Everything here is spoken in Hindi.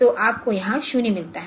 तो आपको यहां 0 मिलता है